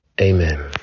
Amen